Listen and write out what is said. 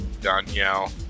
Danielle